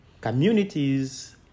communities